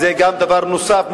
זה דבר נוסף.